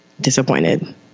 disappointed